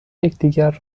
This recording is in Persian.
یکدیگر